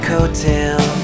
Coattail